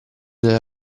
della